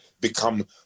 become